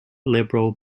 liberal